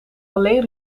alleen